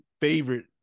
favorite